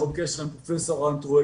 עם פרופ' טרואן,